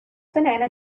banana